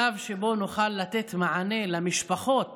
שלב שבו נוכל לתת מענה למשפחות